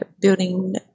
building